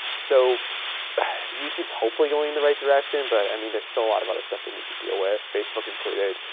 so youtube is hopefully going in the right direction, but i mean there's still a lot of other stuff they need to deal with. facebook included,